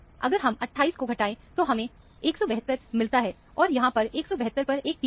अगर हम 28 को घटाएं तो हमें 172 मिलता है और यहां पर 172 पर एक पिक है